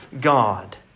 God